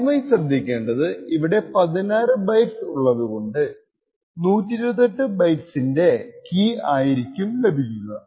ആദ്യമായി ശ്രദ്ധിക്കേണ്ടത് ഇവിടെ 16 ബൈറ്റ്സ് ഉള്ളതുകൊണ്ട് 128 ബിറ്റിന്റെ കീ ആയിരിക്കും ലഭിക്കുക